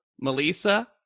Melissa